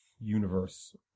universe